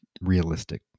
realistic